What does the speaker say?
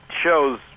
shows